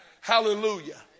hallelujah